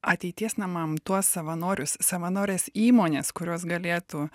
ateities namam tuos savanorius savanores įmones kurios galėtų